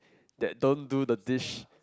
they don't do the dish